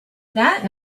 that